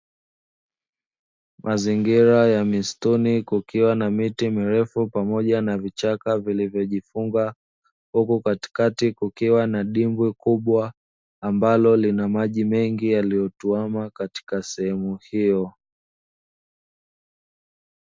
Mazingira ya misituni kukiwa na miti mirefu pamoja na vichaka vilivyojifunga, huku katikati kukiwa na dimbwi kubwa, ambalo lina maji mengi yaliyotuama katika sehemu hiyo.